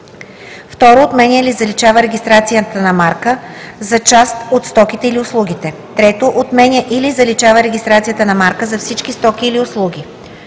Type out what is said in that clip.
2. отменя или заличава регистрацията на марка за част от стоките или услугите; 3. отменя или заличава регистрацията на марка за всички стоки или услуги.